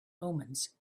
omens